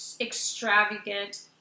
extravagant